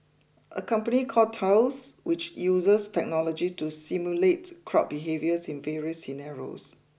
a company called Thales which uses technology to simulate crowd behaviours in various scenarios